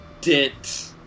dent